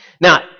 Now